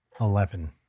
eleven